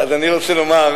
על כל פנים, אני רוצה לומר,